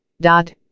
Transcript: dot